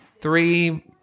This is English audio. Three